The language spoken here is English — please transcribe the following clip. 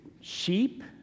sheep